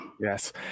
yes